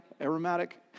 aromatic